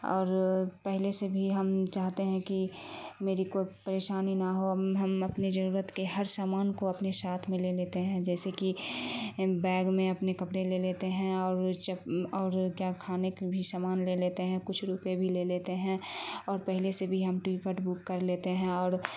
اور پہلے سے بھی ہم چاہتے ہیں کہ میری کوئی پریشانی نہ ہو ہم اپنی ضرورت کے ہر سامان کو اپنے ساتھ میں لے لیتے ہیں جیسے کہ بیگ میں اپنے کپڑے لے لیتے ہیں اور چپ اور کیا کھانے کے بھی سامان لے لیتے ہیں کچھ روپئے بھی لے لیتے ہیں اور پہلے سے بھی ہم ٹکٹ بک کر لیتے ہیں اور